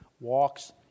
walks